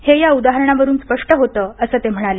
हे या उदाहरणावरून स्पष्ट होतं असं ते म्हणाले